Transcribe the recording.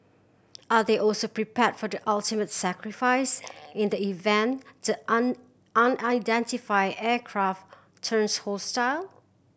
are they also prepared for the ultimate sacrifice in the event the an unidentified aircraft turns hostile